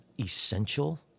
essential